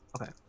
Okay